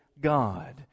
God